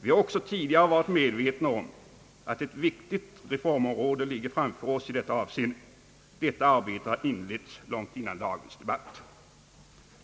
Vi har också tidigare varit medvetna om att ett viktigt reformområde ligger framför oss i detta avseende. Detta arbete har inletts långt innan dagens debatt.